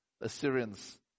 Assyrians